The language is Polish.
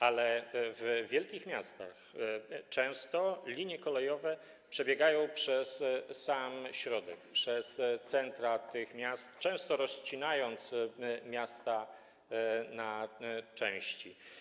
Ale w wielkich miastach linie kolejowe przebiegają często przez sam środek, przez centra tych miast, często rozcinając miasta na części.